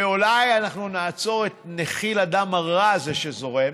ואולי אנחנו נעצור את נחיל הדם הרע הזה שזורם.